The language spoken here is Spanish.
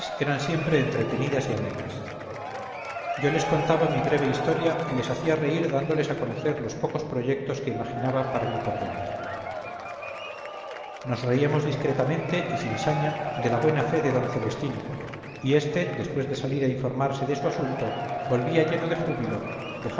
eran siempre entretenidas y amenas yo les contaba mi breve historia y les hacía reír dándoles a conocer los pocos proyectos que imaginaba para lo porvenir nos reíamos discretamente y sin saña de la buena fe de d celestino y éste después de salir a informarse de su asunto volvía lleno de júbilo